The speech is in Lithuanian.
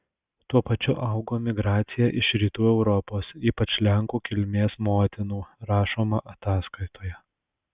tuo pačiu augo migracija iš rytų europos ypač lenkų kilmės motinų rašoma ataskaitoje